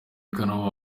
nabo